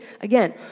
Again